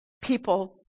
people